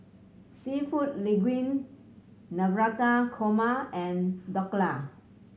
Seafood Linguine Navratan Korma and Dhokla